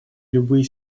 любые